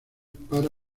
para